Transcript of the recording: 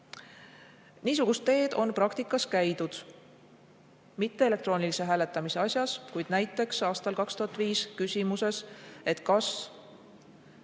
teised. Niisugust teed on praktikas käidud, mitte küll elektroonilise hääletamise asjas, kuid näiteks aastal 2005 küsimuses, et kas